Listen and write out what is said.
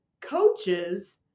coaches